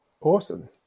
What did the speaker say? Awesome